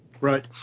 Right